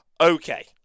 okay